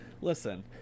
Listen